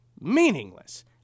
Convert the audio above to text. meaningless